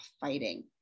fighting